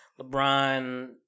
LeBron